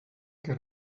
que